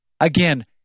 again